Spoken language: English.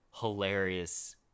hilarious